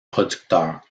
producteur